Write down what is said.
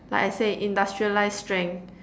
like I say industrialised strength